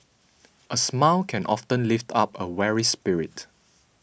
a smile can often lift up a weary spirit